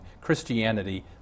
Christianity